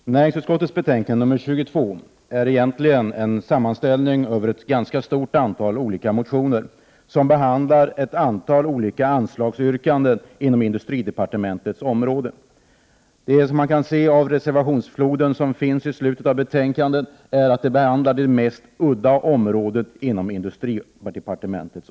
Herr talman! Näringsutskottets betänkande 22 är egentligen en sammanställning över ett ganska stort antal olika motioner som behandlar ett antal olika anslagsyrkanden inom industridepartementets område. Som man kan se av de reservationer som är fogade till betänkandet har de mest udda områden behandlats.